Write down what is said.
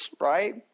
right